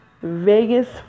Vegas